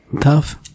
Tough